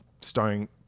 Starring